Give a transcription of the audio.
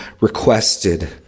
requested